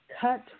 Cut